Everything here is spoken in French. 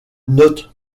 note